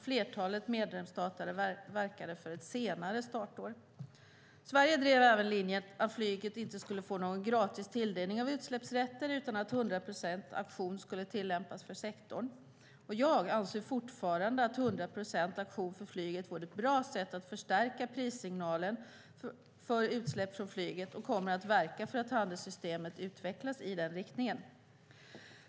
Flertalet medlemsstater verkade för ett senare startår. Sverige drev även linjen att flyget inte skulle få någon gratis tilldelning av utsläppsrätter utan att 100 procent auktion skulle tillämpas för sektorn. Jag anser fortfarande att 100 procent auktion för flyget vore ett bra sätt att förstärka prissignalen för utsläpp från flyget och kommer att verka för att handelssystemet utvecklas i den riktningen.